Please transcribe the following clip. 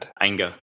anger